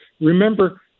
remember